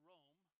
Rome